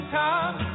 time